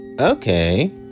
Okay